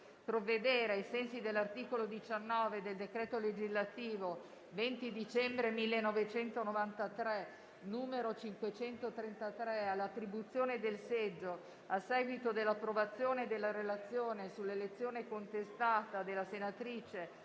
provvedere, ai sensi dell'articolo 19 del decreto legislativo 20 dicembre 1993, n. 533, all'attribuzione del seggio a seguito dell'approvazione della relazione sulla questione del seggio